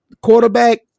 quarterback